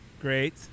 Great